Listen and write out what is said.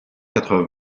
quatre